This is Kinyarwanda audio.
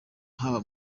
haba